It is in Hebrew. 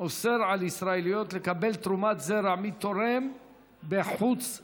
אוסר על ישראליות לקבל תרומת זרע מתורם בחוץ לארץ.